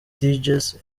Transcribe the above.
djs